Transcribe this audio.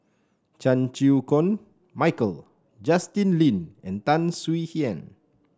Chan Chew Koon Michael Justin Lean and Tan Swie Hian